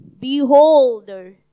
Beholder